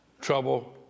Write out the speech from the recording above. trouble